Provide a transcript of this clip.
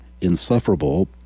insufferable